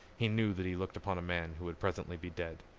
he knew that he looked upon a man who would presently be dead.